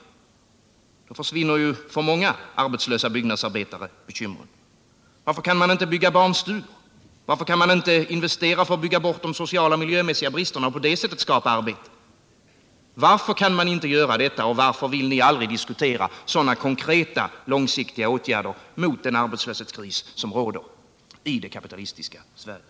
Då skulle bekymren försvinna för många arbetslösa byggnadsarbetare. Varför kan man inte bygga barnstugor? Varför kan man inte investera för att bygga bort de sociala och miljömässiga bristerna och på det sättet skapa arbete? Varför kan man inte göra detta, och varför vill ni aldrig diskutera sådana konkreta, långsiktiga åtgärder mot den arbetslöshetskris som råder i det kapitalistiska Sverige?